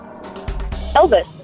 Elvis